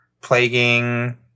plaguing